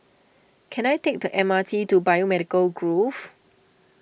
can I take the M R T to Biomedical Grove